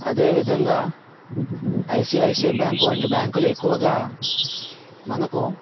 అదేవిధంగా ICICI bank వంటి బ్యాంకులు ఎక్కువగా మనకు